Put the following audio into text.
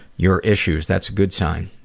your issues. that's a good sign,